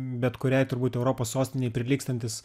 bet kuriai turbūt europos sostinėj prilygstantis